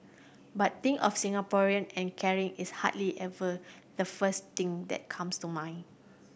but think of Singaporean and caring is hardly ever the first thing that comes to mind